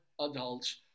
adults